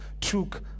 took